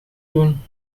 doen